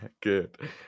good